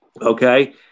okay